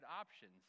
options